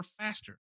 faster